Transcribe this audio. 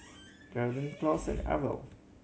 Daryn Claus and Arvel